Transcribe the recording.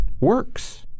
works